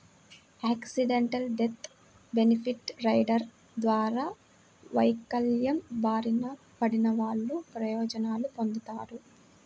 accidental death benefit rider ద్వారా వైకల్యం బారిన పడినవాళ్ళు ప్రయోజనాలు పొందుతాడు